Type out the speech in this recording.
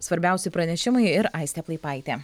svarbiausi pranešimai ir aistė plaipaitė